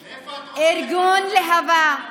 היא, מה דעתך לגבי רמת הגולן?